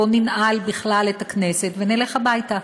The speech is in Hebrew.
בוא ננעל בכלל את הכנסת ונלך הביתה.